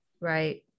right